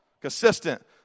consistent